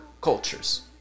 cultures